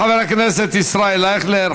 תודה לחבר הכנסת ישראל אייכלר.